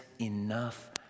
enough